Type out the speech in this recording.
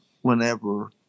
Whenever